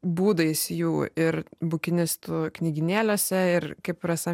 būdais jų ir bukinistų knygynėliuose ir kaip rasa